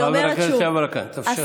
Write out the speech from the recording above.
חבר הכנסת גדי יברקן, תאפשר,